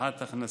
הבטחת הכנסה.